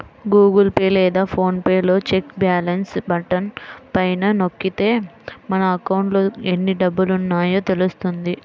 Google Pay లేదా PhonePe లో check balance button పైన నొక్కితే మన అకౌంట్లో ఎన్ని డబ్బులున్నాయో తెలుస్తుంది